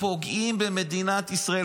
שפוגעים במדינת ישראל.